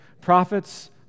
prophets